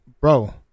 bro